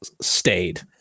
stayed